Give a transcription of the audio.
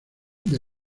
the